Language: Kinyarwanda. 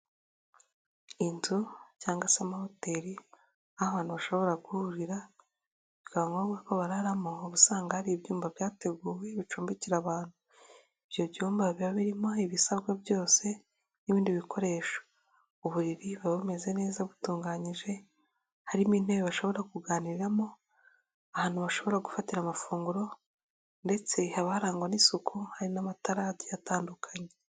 Inzu cyangwa se amahoteli, aho abantu bashobora guhurira bikaba ngombwa ko bararamo, uba usanga hari ibyumba byateguwe bicumbikira abantu. Ibyo byumba biba birimo ibisabwa byose n'ibindi bikoresho, uburiri buba bumeze neza butunganyije, harimo intebe bashobora kuganiriramo, ahantu bashobora gufatira amafunguro, ndetse abarangwa n'isuku hari n'amataradi atandukanye.